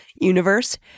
universe